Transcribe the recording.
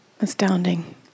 astounding